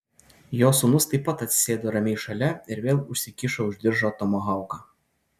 jo sūnus taip pat atsisėdo ramiai šalia ir vėl užsikišo už diržo tomahauką